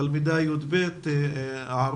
תלמידת י"ב מעראבה.